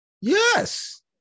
Yes